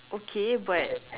okay but